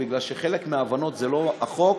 כי חלק מההבנות זה לא החוק,